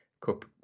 cup